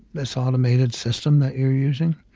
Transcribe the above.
this automated system that you're using?